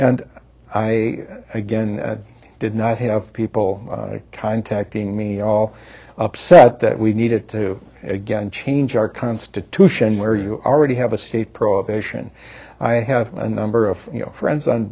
and i again did not have people contacting me all upset that we needed to again change our constitution where you already have a state prohibition i have a number of friends on